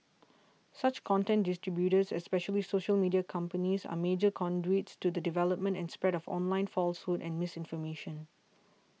such content distributors especially social media companies are major conduits to the development and spread of online falsehoods and misinformation